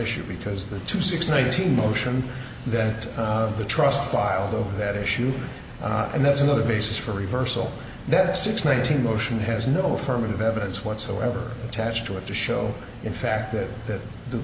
issue because the two six nineteen motion that the trust filed on that issue and that's another basis for reversal that six nineteen motion has no affirmative evidence whatsoever attached to it to show in fact that th